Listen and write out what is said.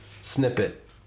snippet